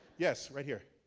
yes, right here.